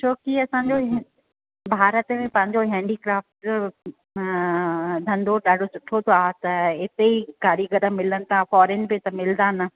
छो की असांजो हीअं भारत में पंहिंजो हैंडीक्राफ्ट जो धंधो ॾाढो सुठो सो आहे त हिते ई कारीगर मिलनि था फोरेन में त मिलंदा न